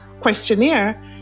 questionnaire